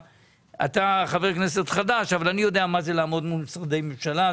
אתה חבר כנסת חדש אבל אני יודע מה זה לעמוד מול משרדי ממשלה,